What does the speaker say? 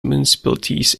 municipalities